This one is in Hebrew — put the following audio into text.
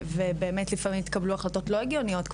ולפעמים התקבלו החלטות לא הגיוניות,